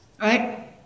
right